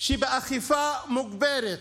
שבאכיפה מוגברת,